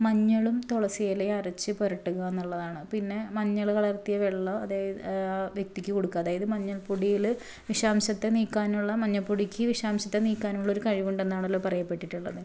മഞ്ഞളും തുളസിയിലയും അരച്ച് പൊരട്ടുകാന്നൊള്ളതാണ് പിന്നെ മഞ്ഞൾ കളർത്തിയ വെള്ളം അതായത് ആ വ്യക്തിക്ക് കൊടുക്കുക അതായത് മഞ്ഞൾ പൊടിയില് വിഷാംശത്തെ നീക്കാനുള്ള മഞ്ഞൾ പൊടിക്ക് വിഷാംശത്തെ നീക്കാനുള്ള ഒരു കഴിവുണ്ടെന്നാണല്ലോ പറയപ്പെട്ടിട്ടുള്ളത്